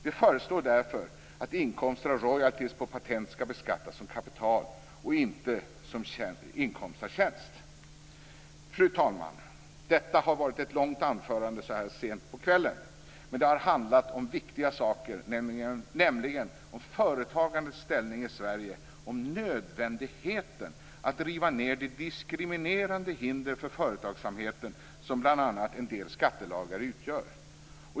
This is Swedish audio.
Vi föreslår därför att inkomster och royaltyer på patent skall beskattas som kapital och inte som inkomst av tjänst. Fru talman! Detta har varit ett långt anförande sent på kvällen. Det har handlat om viktiga saker, nämligen om företagandets ställning i Sverige, om nödvändigheten att riva ned de diskriminerande hinder för företagsamheten som bl.a. en del skattelagar utgör.